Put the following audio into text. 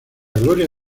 gloria